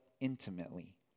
intimately